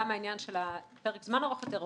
גם העניין של פרק זמן ארוך יותר,